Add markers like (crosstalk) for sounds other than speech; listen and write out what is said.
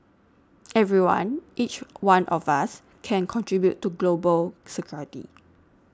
(noise) everyone each one of us can contribute to global security